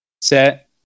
set